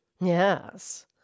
Yes